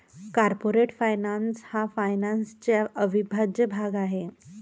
corporate finance हा फायनान्सचा अविभाज्य भाग आहे